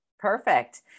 Perfect